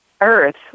Earth